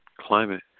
Climate